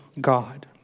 God